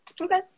Okay